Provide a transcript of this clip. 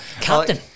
Captain